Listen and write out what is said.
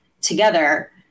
together